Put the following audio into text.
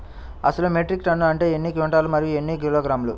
అసలు metric tonne అంటే ఎన్ని క్వింటాలు మరియు ఎన్ని కిలోగ్రాములు?